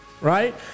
right